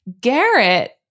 Garrett